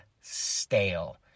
stale